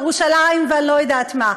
ירושלים ואני לא יודעת מה.